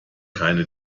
keine